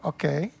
Okay